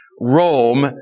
Rome